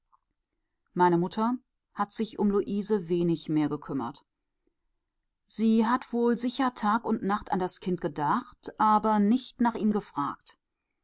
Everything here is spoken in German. meine mutter hat sich um luise wenig mehr gekümmert sie hat wohl sicher tag und nacht an das kind gedacht aber nicht nach ihm gefragt